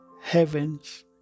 heavens